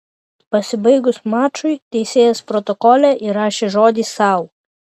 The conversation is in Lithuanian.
pasibaigus mačui teisėjas protokole įrašė žodį sau